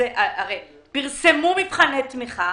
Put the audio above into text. שפרסמו מבחני תמיכה